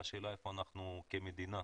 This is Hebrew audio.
והשאלה איפה אנחנו, כמדינה,